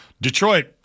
Detroit